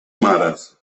mares